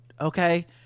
Okay